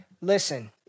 listen